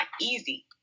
easy